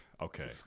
Okay